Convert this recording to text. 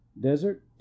Desert